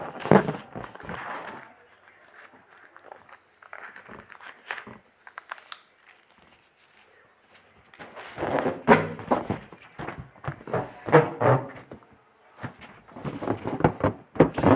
ग्राहक के ई जाने के बा की ओकरा के लोन लेवे के बा ऊ कैसे मिलेला?